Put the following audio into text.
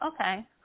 okay